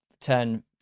turn